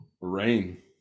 Rain